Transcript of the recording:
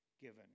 given